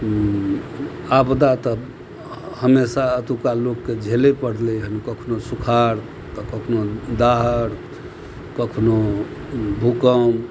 आपदा तऽ हमेशा एतुका लोकके झेलै पड़लै हन कखनो सुखाड़ तऽ कखनो दाहर कखनो भूकम्प